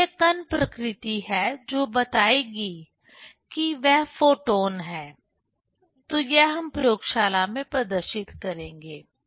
तो यह कण प्रकृति है जो बताएगी की वह फोटॉन है तो यह हम प्रयोगशाला में प्रदर्शित करेंगे